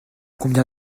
combien